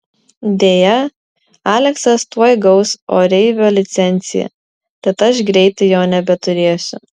deja aleksas tuoj gaus oreivio licenciją tad aš greitai jo nebeturėsiu